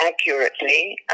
accurately